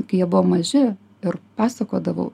kai jie buvo maži ir pasakodavau